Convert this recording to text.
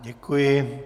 Děkuji.